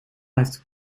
heeft